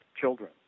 children